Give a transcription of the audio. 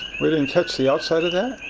we didn't catch the outside of that?